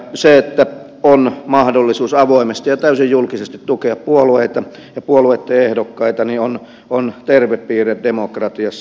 se että on mahdollisuus avoimesti ja täysin julkisesti tukea puolueita ja puolueitten ehdokkaita on terve piirre demokratiassa